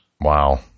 Wow